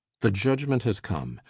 the judgment has come.